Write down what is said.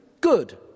good